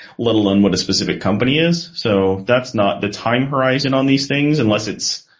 let alone what a specific company is. so that's not the time horizon on these things, unless it's